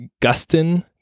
Gustin